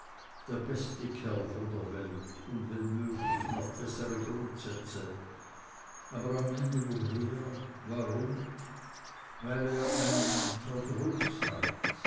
der beste kerl von der welt und wenn möglich noch bessere grundsätze aber am ende woher warum weil er einen verdruß hat